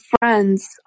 friends